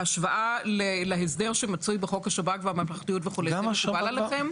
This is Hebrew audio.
ההשוואה להסדר שמצוי בחוק השב"כ והממלכתיות וכו' מקובל עליכם?